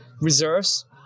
reserves